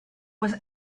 was